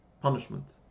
punishment